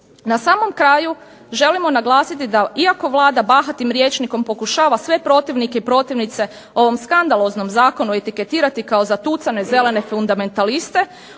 Na samom kraju želimo naglasiti, da iako vlada pokušava bahatim rječnikom sve protivnike i protivnice ovom skandaloznom Zakonu etiketirati kao zatucane zelene fundamentaliste,